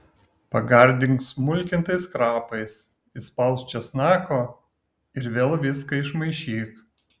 pagardink smulkintais krapais įspausk česnako ir vėl viską išmaišyk